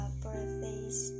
birthdays